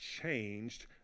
changed